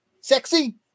sexy